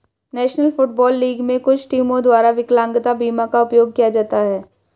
national football league में कुछ टीमों द्वारा विकलांगता बीमा का उपयोग किया जाता है